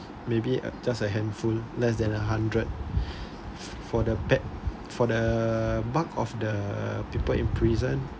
maybe uh just a handful less than a hundred f~ for the bul~ for the bulk of the people in prison